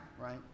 right